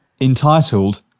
Entitled